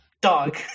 Dog